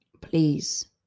please